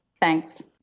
Thanks